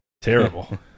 Terrible